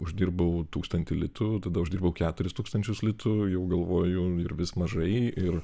uždirbau tūkstantį litų tada uždirbau keturis tūkstančius litų jau galvoju ir vis mažai ir